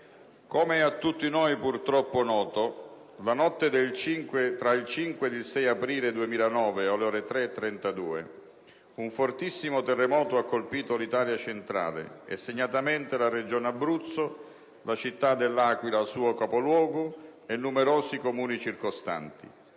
come è a tutti noi purtroppo noto, la notte tra il 5 e il 6 aprile 2009, alle ore 3,32, un fortissimo terremoto ha colpito l'Italia centrale e segnatamente la Regione Abruzzo, la città dell'Aquila suo capoluogo, e numerosi Comuni circostanti.